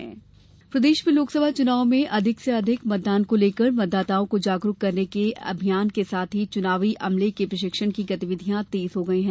चुनावी गतिविधियां प्रदेश में लोकसभा चुनाव में अधिक से अधिक मतदान को लेकर मतदाताओं को जागरूक करने के अभियान के साथ ही चुनावी अमले के प्रशिक्षण की गतिविधियां तेज हो गयी है